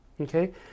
Okay